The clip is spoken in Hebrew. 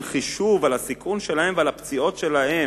חישוב על הסיכון שלהם ועל הפציעות שלהם?